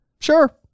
Sure